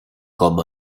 com